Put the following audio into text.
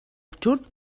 adjunt